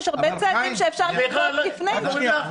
יש הרבה צעדים שאפשר לנקוט לפני זה.